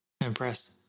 impressed